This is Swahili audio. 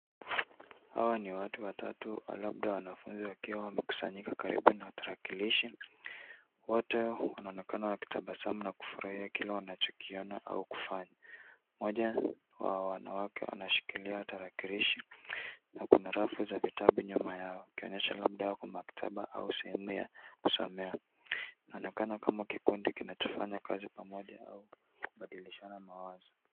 Hawa ni watu watatu labda wanafunzi wakiwa wamekusanyika karibu na tarakilishi. Wote wanaonekana wakitabasamu na kufurahia kile wanachokiona au kufanya. Mmoja wa wanawake anashikilia tarakilishi na kuna rafu za vitabu nyuma yao ikionyesha labda wako maktaba au sehemu ya kusomea. Inaonekana kama kikundi kinachofanya kazi pamoja au kubadilishana mawazo.